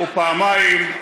ופעמיים,